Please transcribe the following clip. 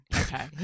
Okay